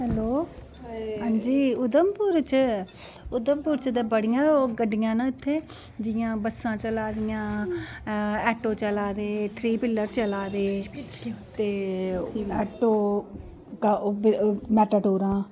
hello हां जी उधमपुर च उधमपुर च ते बड़ियां गड्डियां न इत्थै जि'यां बस्सां चलादियां आटो चलै दे थ्री वीलर चलै दे ते आटो मैटेडोरां